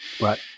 Right